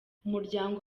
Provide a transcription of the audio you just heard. umuryango